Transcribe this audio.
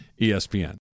ESPN